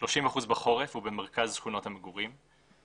30% בחורף ובמרכז שכונות המגורים.